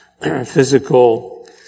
physical